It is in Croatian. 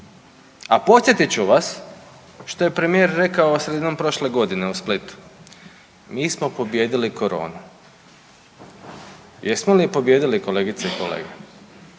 A podsjetit ću vas što je premijer rekao sredinom prošle godine u Splitu, mi smo pobijedili koronu. Jesmo li je pobijedili kolegice i kolege